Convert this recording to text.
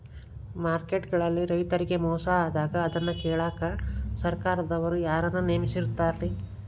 Market ಗಳಲ್ಲಿ ರೈತರಿಗೆ ಮೋಸ ಆದಾಗ ಅದನ್ನ ಕೇಳಾಕ್ ಸರಕಾರದವರು ಯಾರನ್ನಾ ನೇಮಿಸಿರ್ತಾರಿ?